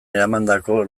eramandako